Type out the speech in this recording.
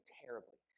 terribly